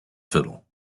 fiddle